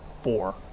four